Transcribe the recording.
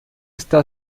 está